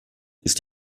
ist